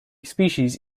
species